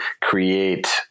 create